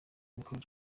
michael